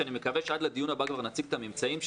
שאני מקווה שעד לדיון הבא כבר נציג את הממצאים שלו,